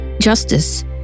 justice